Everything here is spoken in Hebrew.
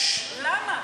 למה?